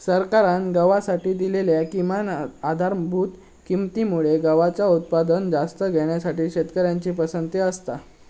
सरकारान गव्हासाठी दिलेल्या किमान आधारभूत किंमती मुळे गव्हाचा उत्पादन जास्त घेण्यासाठी शेतकऱ्यांची पसंती असता